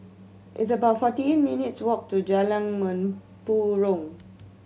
it's about forty eight minutes' walk to Jalan Mempurong